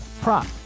prop